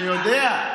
אני יודע.